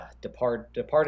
departed